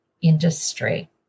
industry